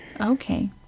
Okay